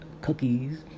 cookies